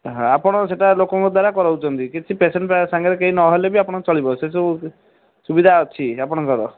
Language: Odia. ହଁ ଆପଣ ସେଇଟା ଲୋକଙ୍କ ଦ୍ୱାରା କରାଉଛନ୍ତି କିଛି ପେସେଣ୍ଟ ସାଙ୍ଗରେ କେହି ନହେଲେ ବି ଆପଣଙ୍କ ଚଳିବ ସେସବୁ ସୁବିଧା ଅଛି ଆପଣଙ୍କର